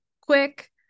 quick